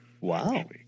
Wow